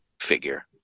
figure